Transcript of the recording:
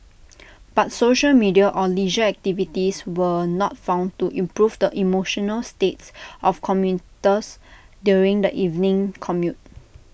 but social media or leisure activities were not found to improve the emotional states of commuters during the evening commute